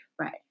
Right